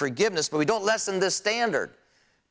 forgiveness but we don't lessen the standard